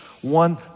one